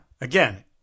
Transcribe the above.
Again